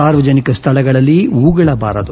ಸಾರ್ವಜನಿಕ ಸ್ವಳಗಳಲ್ಲಿ ಉಗುಳಬಾರದು